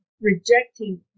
rejecting